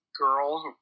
girl